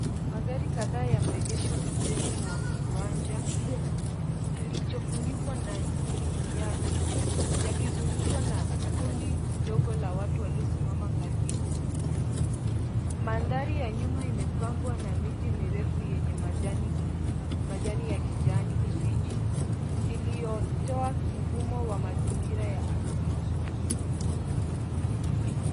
Magari kadhaa yameegeshwa pembeni mwa kiwanja kilichofunikwa na nyasi yakizungukwa na kundi mdogo la watu waliosimama karibu. Mandhari ya nyuma imepambwa na miti mirefu yenye majani ya kijani kibichi iliyotoa mfumo wa mazingira ya asili.